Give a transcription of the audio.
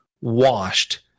washed